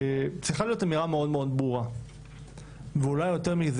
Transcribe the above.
צריכה להיות אמירה מאוד מאוד ברורה ואולי אפילו יותר מזה